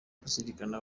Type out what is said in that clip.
kuzirikana